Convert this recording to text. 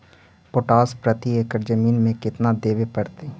Potash प्रति acre जमीन में केतना देबे पड़तै?